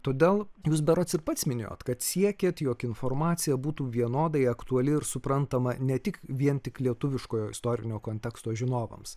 todėl jūs berods ir pats minėjot kad siekėt jog informacija būtų vienodai aktuali ir suprantama ne tik vien tik lietuviškojo istorinio konteksto žinovams